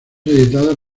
editado